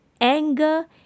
anger